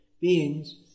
beings